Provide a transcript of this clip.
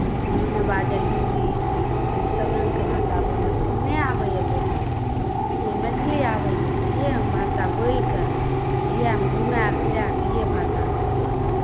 ओना बाजल हिन्दी सभरङ्गके भाषा बोलल ओ नहि आबैए बोलय लेल जे मैथिली आबैए इएह हम भाषा बोलि कऽ इएह हम घुमाए फिराए कऽ इएह भाषामे बोलैत छी